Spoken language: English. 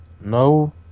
no